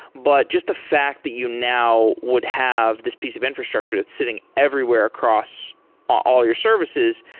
but just the fact that you now would have this piece of infrastructure that's sitting everywhere across all your services,